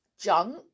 junk